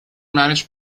managed